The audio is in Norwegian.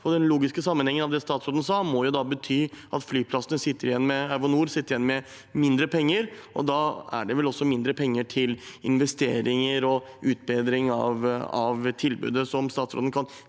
Den logiske sammenhengen av det statsråden sa, må jo være at Avinor sitter igjen med mindre penger, og da er det vel også mindre penger til investeringer og utbedring av tilbudet. Kan statsråden